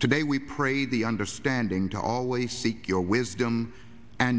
today we pray the understanding to always seek your wisdom and